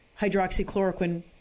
hydroxychloroquine